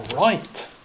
right